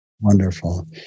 Wonderful